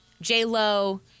J-Lo